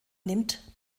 nimmt